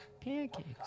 Pancakes